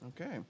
Okay